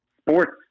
sports